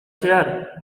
zehar